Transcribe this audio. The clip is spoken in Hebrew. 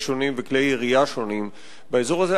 שונים וכלי ירייה שונים באזור הזה.